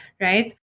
right